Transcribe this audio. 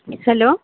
hello